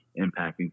impacting